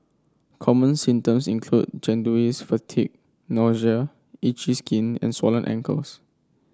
common symptoms include jaundice fatigue itchy skin and swollen ankles